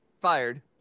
fired